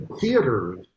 Theaters